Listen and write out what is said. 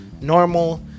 normal